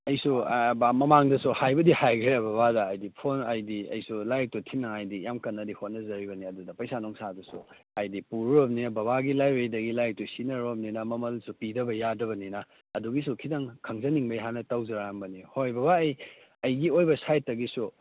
ꯑꯩꯁꯨ ꯃꯃꯥꯡꯗꯁꯨ ꯍꯥꯏꯕꯨꯗꯤ ꯍꯥꯏꯈ꯭ꯔꯦ ꯕꯕꯥꯗ ꯍꯥꯏꯗꯤ ꯐꯣꯟ ꯍꯥꯏꯗꯤ ꯑꯩꯁꯨ ꯂꯥꯏꯔꯤꯛꯇꯨ ꯊꯤꯟꯅꯤꯡꯉꯥꯏꯗꯤ ꯌꯥꯝ ꯀꯟꯅꯗꯤ ꯍꯣꯠꯅꯖꯔꯤꯕꯅꯦ ꯑꯗꯨꯗ ꯄꯩꯁꯥ ꯅꯨꯡꯁꯥꯗꯨꯁꯨ ꯍꯥꯏꯗꯤ ꯄꯨꯔꯣꯔꯃꯤꯅ ꯍꯥꯏꯗꯤ ꯕꯕꯥꯒꯤ ꯂꯥꯏꯕ꯭ꯔꯦꯔꯤꯗꯒꯤ ꯂꯥꯏꯔꯤꯛꯇꯨ ꯁꯤꯖꯟꯅꯔꯣꯔꯃꯤꯅ ꯃꯃꯜꯗꯨꯁꯨ ꯄꯤꯗꯕ ꯌꯥꯗꯕꯅꯤꯅ ꯑꯗꯨꯒꯤꯁꯨ ꯈꯤꯇꯪ ꯈꯪꯖꯅꯤꯡꯕꯩ ꯍꯥꯟꯅ ꯇꯧꯖꯔꯛꯑꯝꯕꯅꯤ ꯍꯣꯏ ꯕꯕꯥ ꯑꯩ ꯑꯩꯒꯤ ꯑꯣꯏꯕ ꯁꯥꯏꯗꯇꯒꯤꯁꯨ